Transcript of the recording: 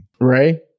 Right